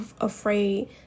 afraid